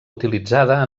utilitzada